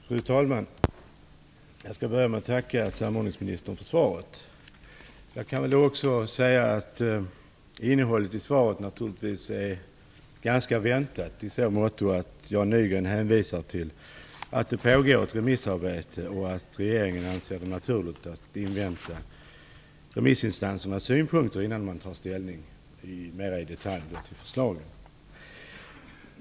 Fru talman! Jag vill börja med att tacka samordningsministern för svaret. Innehållet i det är naturligtvis ganska väntat i så måtto att Jan Nygren hänvisar till att det pågår ett remissarbete och att regeringen anser det naturligt att invänta remissinstansernas synpunkter innan man mera i detalj tar ställning till förslagen.